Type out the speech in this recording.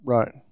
Right